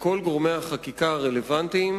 לכל גורמי החקיקה הרלוונטיים,